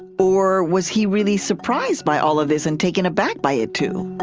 or was he really surprised by all of this and taken aback by it, too? ah